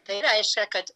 tai reiškia kad